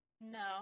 No